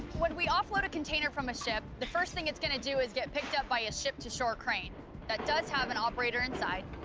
when we offload a container from a ship, the first thing it's gonna do is get picked up by a ship-to-shore crane that does have an operator inside.